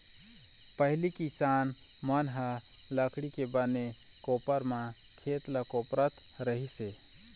पहिली किसान मन ह लकड़ी के बने कोपर म खेत ल कोपरत रहिस हे